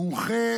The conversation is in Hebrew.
מומחה